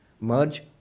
merge